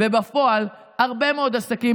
בפועל הרבה מאוד עסקים,